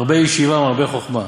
מרבה ישיבה, מרבה חוכמה.